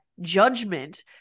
judgment